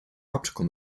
optical